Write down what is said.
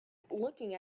looking